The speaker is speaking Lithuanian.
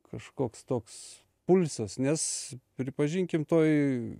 kažkoks toks pulsas nes pripažinkim toj